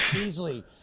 easily